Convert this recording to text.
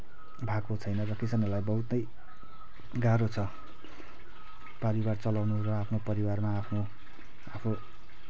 भएको छैन र किसानहरूलाई बहुतै गाह्रो छ परिवार चलाउन र आफ्नो परिवार आफू आफू